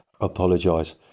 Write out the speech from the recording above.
apologise